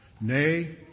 Nay